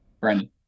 Brandon